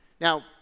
Now